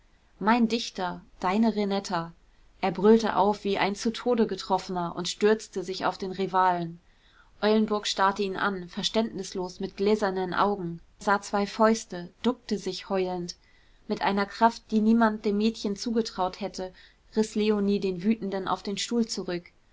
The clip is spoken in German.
mein dichter deine renetta er brüllte auf wie ein zu tode getroffener und stürzte sich auf den rivalen eulenburg starrte ihn an verständnislos mit gläsernen augen sah zwei fäuste duckte sich heulend mit einer kraft die niemand dem mädchen zugetraut hätte riß leonie den wütenden auf den stuhl zurück